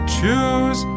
choose